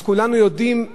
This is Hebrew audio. אולי,